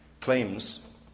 claims